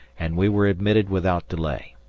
and we were admitted without delay.